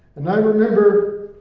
and i remember